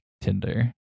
Tinder